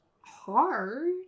hard